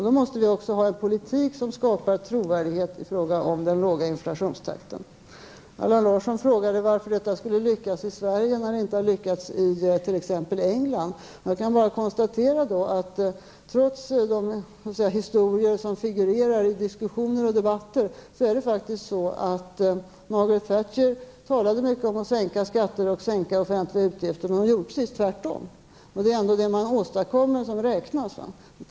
Då måste vi också föra en politik som skapar trovärdighet i fråga om den låga inflationstakten. Allan Larsson frågade varför denna politik skulle lyckas i Sverige när den inte lyckats i t.ex. England. Jag kan då bara konstatera, att trots de historier som figurerar i diskussioner och debatter faktiskt håller sig så, att Margaret Thatcher talade mycket om att sänka skatter och minska offentliga utgifter, men hon gjorde precis tvärtom. Det är ändå det man åstadkommer som räknas.